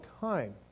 time